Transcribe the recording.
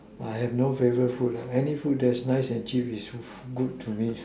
I have no favorite food lah any food that's nice and cheap is good to me